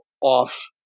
off